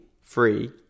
free